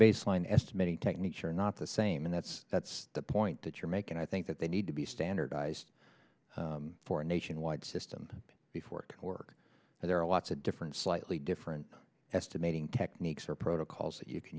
baseline este many techniques are not the same and that's that's the point that you're making i think that they need to be standardized for a nationwide system before co work and there are lots of different slightly different estimating techniques for protocols that you can